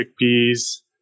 peas